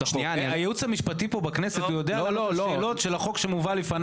הייעוץ המשפטי של הכנסת יודע להשיב על שאלות לגבי החוק שמובא לפניו.